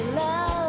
love